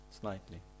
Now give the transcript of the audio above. slightly